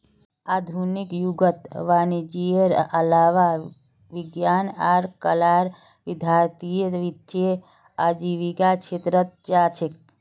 आधुनिक युगत वाणिजयेर अलावा विज्ञान आर कलार विद्यार्थीय वित्तीय आजीविकार छेत्रत जा छेक